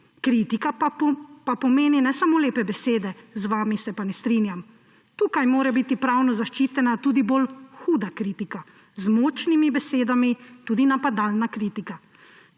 kritika pa pomeni ne samo lepe besede: Z vami se pa ne strinjam. Tukaj mora biti pravno zaščitena tudi bolj huda kritika z močnimi besedami, tudi napadalna kritika.